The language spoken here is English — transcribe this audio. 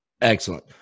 Excellent